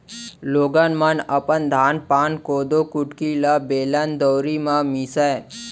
लोगन मन अपन धान पान, कोदो कुटकी ल बेलन, दउंरी म मीसय